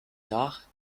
tard